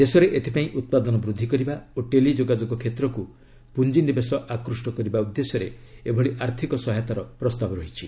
ଦେଶରେ ଏଥିପାଇଁ ଉତ୍ପାଦନ ବୃଦ୍ଧି କରିବା ଓ ଟେଲି ଯୋଗାଯୋଗ କ୍ଷେତ୍ରକୁ ପୁଞ୍ଜିନିବେଶ ଆକୁଷ୍ଟ କରିବା ଉଦ୍ଦେଶ୍ୟରେ ଏଭଳି ଆର୍ଥିକ ସହାୟତାର ପ୍ରସ୍ତାବ ରହିଛି